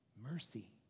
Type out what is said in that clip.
mercy